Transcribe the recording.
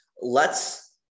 lets